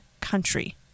country